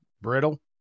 brittle